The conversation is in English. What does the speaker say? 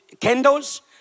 candles